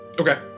Okay